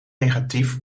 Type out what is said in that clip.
negatief